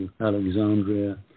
Alexandria